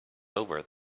over